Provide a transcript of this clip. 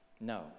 No